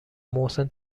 محسن